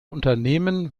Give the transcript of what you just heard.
unternehmen